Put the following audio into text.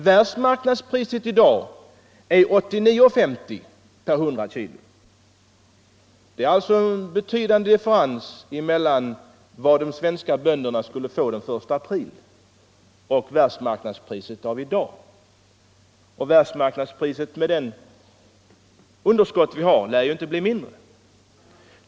Världsmarknadspriset i dag är 89:50 kronor per 100 kg. Det är alltså en betydande differens mellan vad de svenska bönderna skulle få den 1 april och världsmarknadspriset i dag. Och med det underskott som råder lär världsmarknadspriset inte bli lägre!